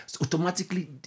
automatically